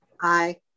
Aye